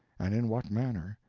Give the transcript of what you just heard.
and in what manner,